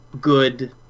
good